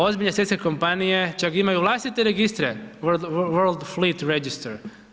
Ozbiljne svjetske kompanije čak imaju vlastite registre, World fleet register.